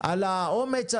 על האומץ,